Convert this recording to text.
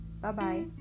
Bye-bye